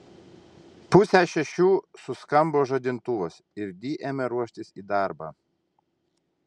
pusę šešių suskambo žadintuvas ir di ėmė ruoštis į darbą